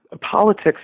Politics